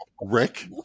Rick